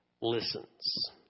listens